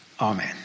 Amen